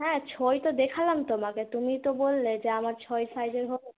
হ্যাঁ ছয় তো দেখালাম তোমাকে তুমি তো বললে যে আমার ছয় সাইজের হবে না